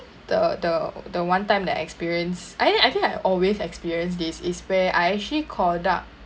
the the the one time that I experience and then I think I always experience this is where I actually called up